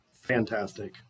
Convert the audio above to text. Fantastic